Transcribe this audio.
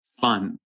fun